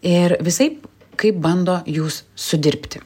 ir visaip kaip bando jus sudirbti